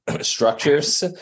structures